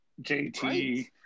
JT